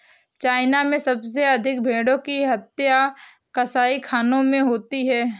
China में सबसे अधिक भेंड़ों की हत्या कसाईखानों में होती है